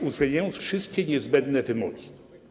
uwzględniając wszystkie niezbędne wymogi.